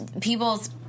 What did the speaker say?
people's